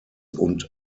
und